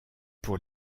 pour